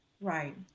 Right